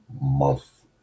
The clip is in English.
month